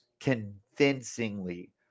convincingly